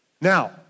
Now